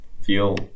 feel